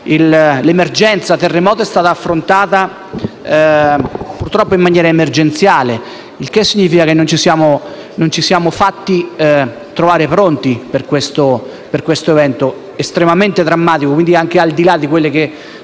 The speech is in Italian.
l'emergenza terremoto è stata affrontata, purtroppo, in maniera emergenziale, il che significa che non ci siamo fatti trovare pronti per questo evento estremamente drammatico, che pure è andato al di là delle